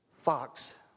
fox